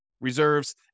reserves